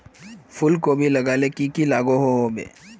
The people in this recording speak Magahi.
फूलकोबी लगाले की की लागोहो होबे?